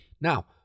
Now